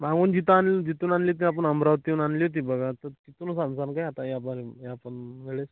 मागून जिथं आण जिथून आणली होती आपण अमरावतीहून आणली होती बघा तर तिथूनच आणसान काय या बारील या पण वेळेस